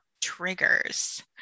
triggers